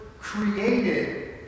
created